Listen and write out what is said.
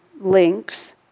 links